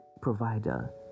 provider